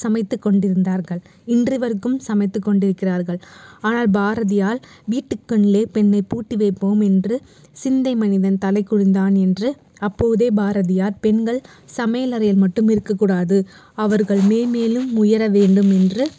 சமைத்துக்கொண்டிருந்தாரகள் இன்று வரைக்கும் சமைத்து கொண்டுருக்கிறாங்கள் ஆனால் பாரதியார் வீட்டுக்குள்ளே பெண்ணை பூட்டி வைப்போம் என்று சிந்தை மனிதன் தலை குனிந்தான் என்று அப்போதே பாரதியார் பெண்கள் சமையல் அறையில் மட்டும் இருக்கக்கூடாது அவர்கள் மேன்மேலும் உயர வேண்டும் என்று